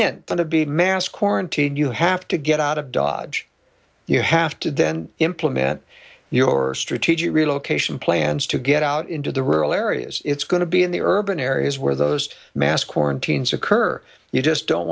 asked quarantine you have to get out of dodge you have to then implement your strategic relocation plans to get out into the rural areas it's going to be in the urban areas where those mass quarantines occur you just don't